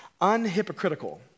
unhypocritical